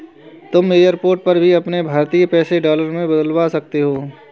तुम एयरपोर्ट पर ही अपने भारतीय पैसे डॉलर में बदलवा सकती हो